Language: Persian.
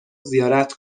زیارت